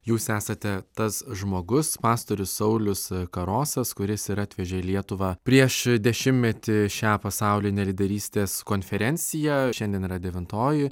jūs esate tas žmogus pastorius saulius karosas kuris ir atvežė į lietuvą prieš dešimtmetį šią pasaulinę lyderystės konferenciją šiandien yra devintoji